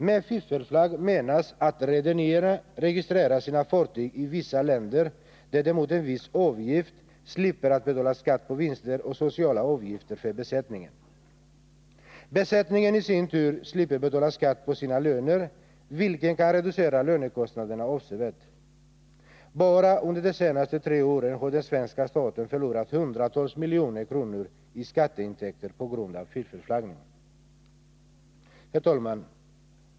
Med fiffelflagg menas att rederierna registrerar sina fartyg i vissa länder där de mot en viss avgift slipper att betala skatt på vinsten och sociala avgifter för besättningen. Besättningen i sin tur slipper betala skatt på sina löner, vilket kan reducera lönekostnaderna avsevärt. Bara under de senaste tre åren har den svenska staten förlorat hundratals miljoner kronor i skatteintäkter på grund av fiffelflaggning. Herr talman!